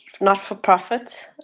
not-for-profit